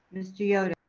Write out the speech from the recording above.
mr. yoder?